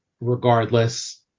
regardless